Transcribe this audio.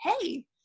hey